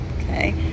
Okay